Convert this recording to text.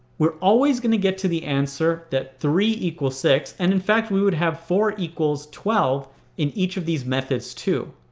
we're always going to get to the answer that three equals six. and in fact we would have four equals twelve in each of these methods too.